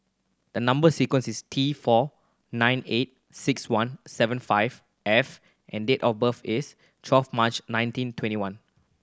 the number sequence is T four nine eight six one seven five F and date of birth is twelve March nineteen twenty one